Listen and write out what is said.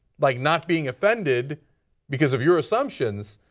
like not being offended because of your assumptions,